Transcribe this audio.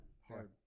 hard